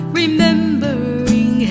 remembering